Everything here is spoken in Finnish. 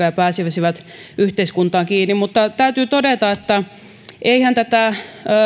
ja pääsisivät yhteiskuntaan kiinni mutta täytyy todeta että eihän tätä